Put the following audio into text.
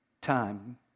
time